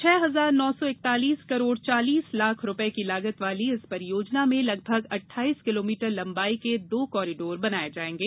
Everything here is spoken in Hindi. छह हजार नौ सौ इकतालीस करोड़ चालीस लाख रुपये की लागत वाली इस परियोजना में लगभग अट्ठाइस किलोमीटर लंबाई के दो कॉरीडोर बनाये जायेंगे